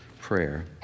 prayer